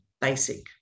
basic